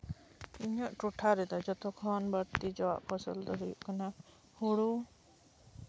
ᱤᱧᱟᱹᱜ ᱴᱚᱴᱷᱟ ᱨᱮᱫᱚ ᱡᱚᱛᱚ ᱠᱷᱚᱱ ᱵᱟᱹᱲᱛᱤ ᱡᱚᱣᱟᱜ ᱯᱷᱚᱥᱚᱞ ᱫᱚ ᱦᱩᱭᱩᱜ ᱠᱟᱱᱟ ᱦᱩᱲᱩ